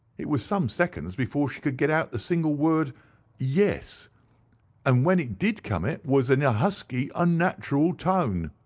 it was some seconds before she could get out the single word yes' and when it did come it was in a husky unnatural tone.